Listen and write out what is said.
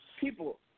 people